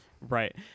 Right